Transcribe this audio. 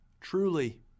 Truly